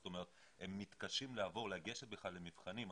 זאת אומרת, הם מתקשים לגשת בכלל למבחנים.